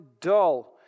Dull